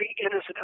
innocent